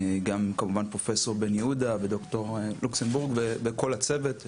גם כמובן פרופ' בן יהודה וד"ר לוקסנבורג וכל הצוות.